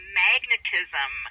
magnetism